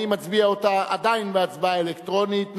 אני מצביע אותה עדיין בהצבעה אלקטרונית.